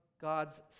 God's